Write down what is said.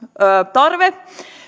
tarve